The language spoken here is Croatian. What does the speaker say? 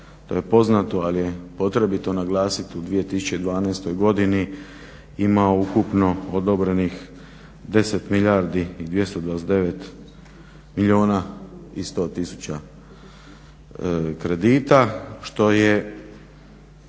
to je poznato, ali je potrebito naglasiti, u 2012. godini imao ukupno odobrenih 10 milijardi 229 milijuna i 100 tisuća kredita što je